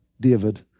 David